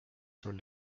sul